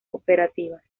cooperativas